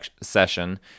session